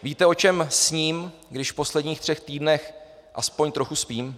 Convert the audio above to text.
Víte, o čem sním, když v posledních třech týdnech aspoň trochu spím?